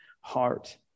heart